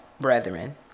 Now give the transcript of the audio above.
brethren